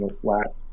flat